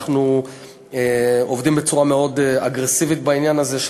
אנחנו עובדים בצורה מאוד אגרסיבית בעניין הזה.